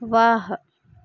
ವಾಹ್